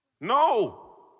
No